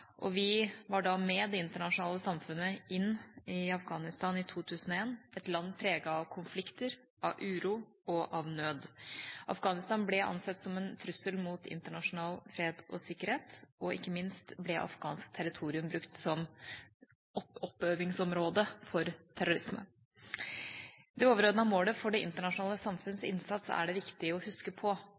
situasjon. Vi var da med det internasjonale samfunnet inn i Afghanistan i 2001, et land preget av konflikter, av uro og av nød. Afghanistan ble ansett som en trussel mot internasjonal fred og sikkerhet, og ikke minst ble afghansk territorium brukt som oppøvingsområde for terrorisme. Det overordnede målet for det internasjonale samfunnets innsats er det viktig å huske på.